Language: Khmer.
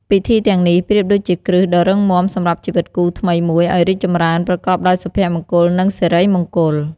ពិធីទាំងនេះប្រៀបដូចជាគ្រឹះដ៏រឹងមាំសម្រាប់ជីវិតគូថ្មីមួយឲ្យរីកចម្រើនប្រកបដោយសុភមង្គល និងសិរីមង្គល។